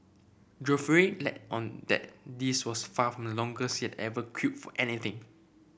Geoffrey let on that this was far from the longest he had ever queued for anything